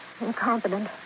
Incompetent